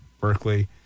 Berkeley